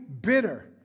bitter